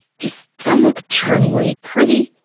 just stomach-churningly pretty,